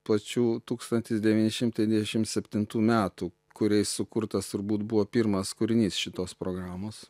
pačių tūkstantis devyni šimtai devyniasdešim septintų metų kuriais sukurtas turbūt buvo pirmas kūrinys šitos programos